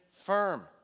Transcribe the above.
firm